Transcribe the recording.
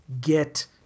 get